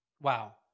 Wow